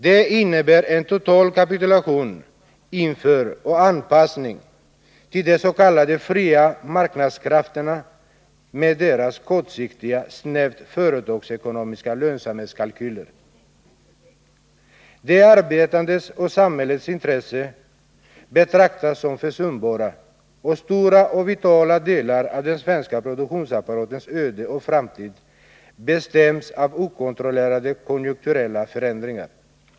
Det innebär en total kapitulation inför och anpassning till de s.k. fria marknadskrafterna med deras kortsiktiga, snävt företagsekonomiska lönsamhetskalkyler. De arbetandes och samhällets intressen betraktas som försumbara, och stora och vitala delar av den svenska produktionsapparatens öde och framtid bestäms av okontrollerbara konjunkturella förändringar.